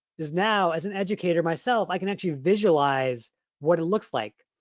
is now, as an educator myself, i can actually visualize what it looks like.